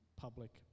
public